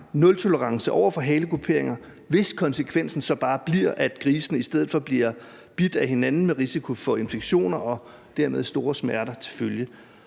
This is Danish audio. nultolerance over for halekuperinger, hvis konsekvensen så bare bliver, at grisene i stedet for bliver bidt af hinanden med risiko for infektioner og dermed store smerter til følge.